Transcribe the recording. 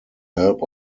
help